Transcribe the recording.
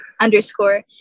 underscore